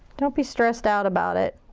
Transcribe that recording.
don't be stressed out about it.